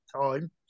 time